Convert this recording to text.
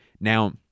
Now